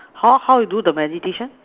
how how you do the meditation